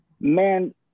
Man